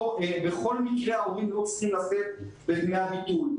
בכל מקרה ההורים לא צריכים לשאת בדמי הביטול.